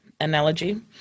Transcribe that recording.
analogy